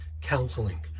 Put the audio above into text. counseling